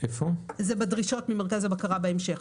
זה בדרישות ממרכז הבקרה בהמשך.